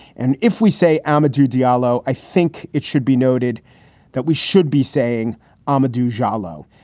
and if we say amadou diallo, i think it should be noted that we should be saying um amadou diallo.